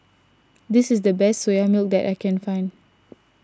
this is the best Soya Milk that I can find